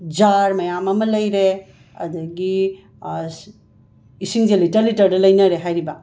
jar ꯃꯌꯥꯝ ꯑꯃ ꯂꯩꯔꯦ ꯑꯗꯒꯤ ꯏꯁꯤꯡꯁꯦ ꯂꯤꯇꯔ ꯂꯤꯇꯔꯗ ꯂꯩꯅꯔꯦ ꯍꯥꯏꯔꯤꯕ